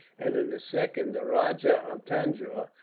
and in the second the rajah of tanjore,